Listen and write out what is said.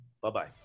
bye-bye